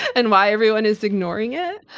and why everyone is ignoring it?